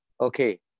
Okay